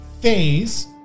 phase